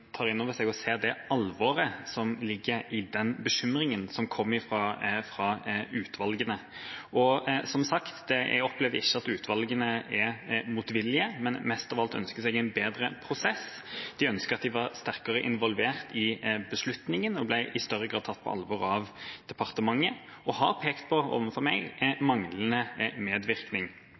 tar inn over seg og ser alvoret i bekymringen som kom fra utvalgene. Som sagt opplevde jeg ikke at utvalgene er motvillige, men at de mest av alt ønsker seg en bedre prosess. De ønsker at de hadde vært sterkere involvert i beslutningen og i større grad var blitt tatt på alvor av departementet. De har overfor meg pekt på